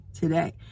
today